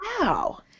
Wow